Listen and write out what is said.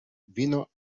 diestro